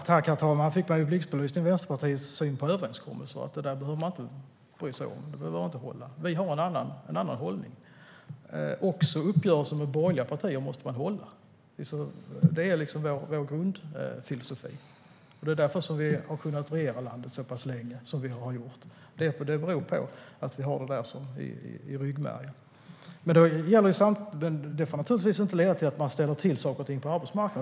Herr talman! Här fick vi i blixtbelysning Vänsterpartiets syn på överenskommelser, att man inte behöver bry sig om att hålla dem. Vi har en annan hållning. Också uppgörelser med borgerliga partier måste man hålla. Det är vår grundfilosofi. Att vi har kunnat regera landet så pass länge som vi har gjort beror på att vi har det i ryggmärgen. Det får naturligtvis inte leda till att man ställer till saker och ting på arbetsmarknaden.